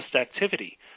activity